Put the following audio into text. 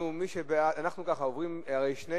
שני